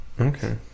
Okay